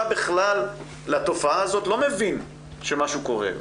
בכלל לתופעה הזאת לא מבין שמשהו קורה.